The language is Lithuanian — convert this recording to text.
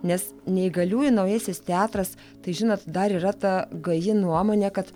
nes neįgaliųjų naujasis teatras tai žinot dar yra ta gaji nuomonė kad